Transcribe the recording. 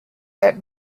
that